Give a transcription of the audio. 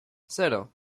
cero